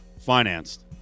financed